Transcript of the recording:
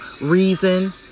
reason